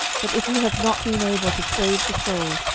but if you have not been able to save the soul,